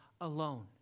alone